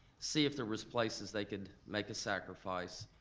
see if there was places they could make a sacrifice.